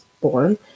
born